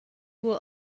will